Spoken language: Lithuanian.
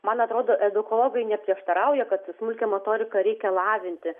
man atrodo edukologai neprieštarauja kad smulkiąją motoriką reikia lavinti